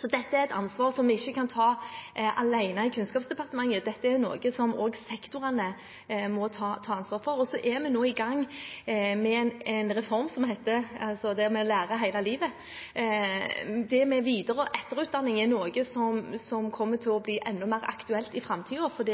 Så dette er et ansvar som vi ikke kan ta alene i Kunnskapsdepartementet. Dette er noe som også sektorene må ta ansvar for. Vi er nå i gang med en reform som heter Lære hele livet. Etter- og videreutdanning er noe som kommer til å bli enda mer aktuelt i framtiden, for